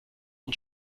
und